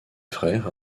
frères